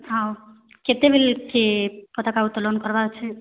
ହଁ କେତେବେଲ୍କେ ପତାକା ଉତ୍ତୋଳନ୍ କର୍ବାର୍ ଅଛେ